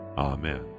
Amen